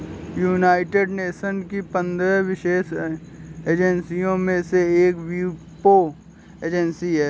United Nations की पंद्रह विशेष एजेंसियों में से एक वीपो एजेंसी है